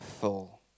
full